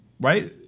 Right